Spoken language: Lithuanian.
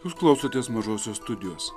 jūs klausotės mažosios studijos